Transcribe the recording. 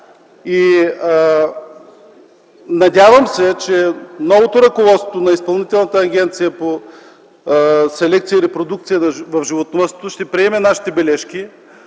Надявам се, че новото ръководство на Изпълнителната агенция по селекция и репродукция в животновъдството ще приеме нашите бележки.